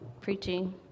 preaching